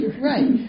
right